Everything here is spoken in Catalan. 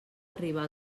arribar